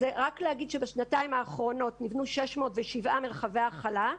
אז אני רק אגיש בשנתיים האחרונות נבנו 607 מרחבי הכלה,